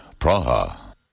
Praha